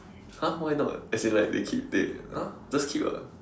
!huh! why not as in like they keep they !huh! just keep ah